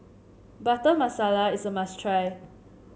Butter Masala is a must try